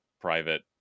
private